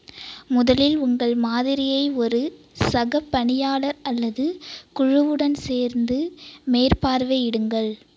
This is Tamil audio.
முதலில் உங்கள் மாதிரியை ஒரு சகப்பணியாளர் அல்லது குழுவுடன் சேர்ந்து மேற்பார்வையிடுங்கள்